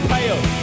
Pale